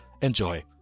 Enjoy